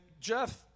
Jeff